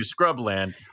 scrubland